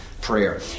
prayer